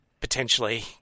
potentially